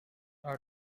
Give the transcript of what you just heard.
are